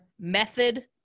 method